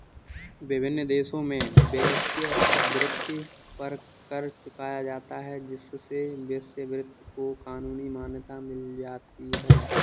विभिन्न देशों में वेश्यावृत्ति पर कर चुकाया जाता है जिससे वेश्यावृत्ति को कानूनी मान्यता मिल जाती है